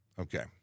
Okay